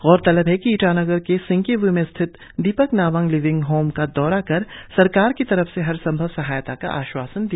गौरतलब है कि ईटानगर के सेंकिव्यू में स्थित दीपक नाबाम लिविंग होम का दौरा कर सरकार की तरफ से हर संभव सहायता का आश्वासन दिया